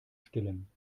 stillen